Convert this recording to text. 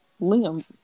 Liam